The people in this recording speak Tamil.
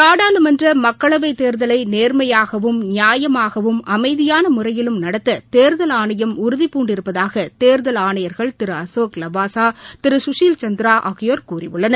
நாடாளுமன்றமக்களவைத் தேர்தலை நேர்மையாகவும் நியாமாகவும் அமைதியானமுறையிலும் நடத்ததேர்தல் ஆணையம் உறுதிபூண்டிருப்பதாகதேர்தல் ஆணையர்கள் திருஅசோக் லவாசா திருகஷில் சந்த்ரா ஆகியோர் கூறியுள்ளனர்